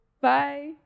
Bye